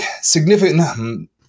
significant